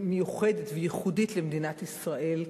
מיוחדת וייחודית למדינת ישראל,